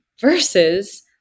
versus